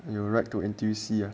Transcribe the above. !aiyo! write to N_T_U_C ah